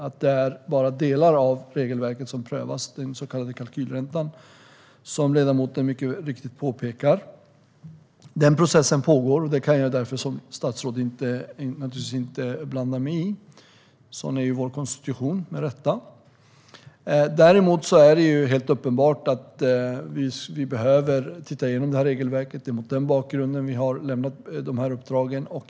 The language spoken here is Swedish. Det är bara delar av regelverket som prövas, den så kallade kalkylräntan som ledamoten mycket riktigt påpekar. Den processen pågår, och som statsråd kan jag därför inte blanda mig i den. Sådan är vår konstitution - med rätta. Däremot är det uppenbart att vi behöver se över regelverket. Det är mot den bakgrunden som vi har lämnat dessa uppdrag.